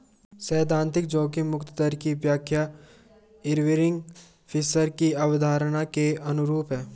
सैद्धांतिक जोखिम मुक्त दर की व्याख्या इरविंग फिशर की अवधारणा के अनुरूप है